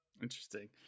Interesting